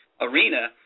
arena